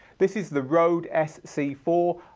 this is the rode s c four.